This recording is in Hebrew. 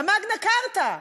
ה"מגנה כרטה",